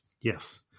Yes